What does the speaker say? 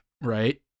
right